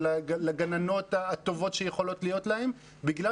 לגננות הטובות שיכולות להיות להם בגלל